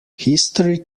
history